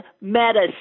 medicine